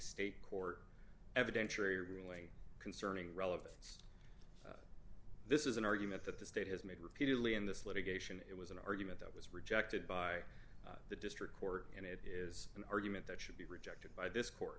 state court evidentiary ruling concerning relevance this is an argument that the state has made repeatedly in this litigation it was an argument that was rejected by the district court and it is an argument that should be rejected by this co